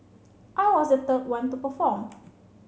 I was the third one to perform